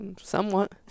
Somewhat